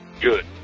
Good